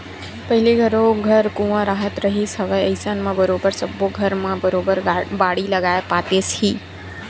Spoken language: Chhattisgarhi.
पहिली घरो घर कुँआ राहत रिहिस हवय अइसन म बरोबर सब्बो के घर म बरोबर बाड़ी लगाए पातेस ही